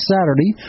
Saturday